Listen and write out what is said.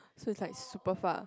so is like super far